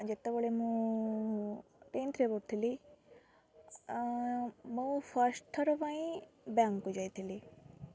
ଯେତେବେଳେ ମୁଁ ଟେନ୍ଥରେ ପଢ଼ୁଥିଲି ମୁଁ ଫାର୍ଷ୍ଟ ଥର ପାଇଁ ବ୍ୟାଙ୍କକୁ ଯାଇଥିଲି